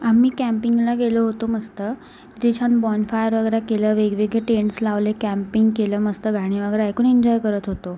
आम्ही कँपिंगला गेलो होतो मस्त तिथे छान बॉनफायर वगैरे केलं वेगवेगळे टेंटस् लावले कँपिंग केलं मस्त गाणी वगैरे ऐकून एन्जॉय करत होतो